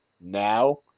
now